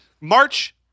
March